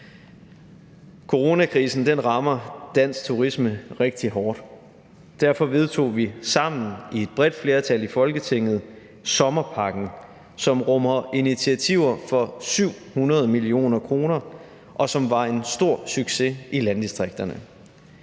Coronakrisen rammer dansk turisme rigtig hårdt. Derfor vedtog vi sammen, et bredt flertal i Folketinget, sommerpakken, som rummer initiativer for 700 mio. kr., og som var en stor succes i landdistrikterne.